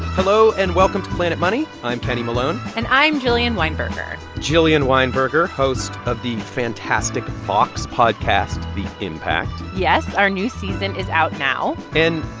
hello, and welcome to planet money. i'm kenny malone and i'm jillian weinberger jillian weinberger, host of the fantastic vox podcast the impact. yes. our new season is out now and,